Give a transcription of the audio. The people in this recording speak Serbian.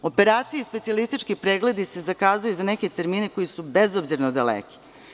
Operacije i specijalistički pregledi se zakazuju za neke termine koji su bezobzirno daleki.